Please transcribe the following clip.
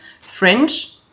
French